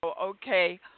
okay